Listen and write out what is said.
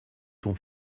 ton